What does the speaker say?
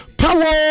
power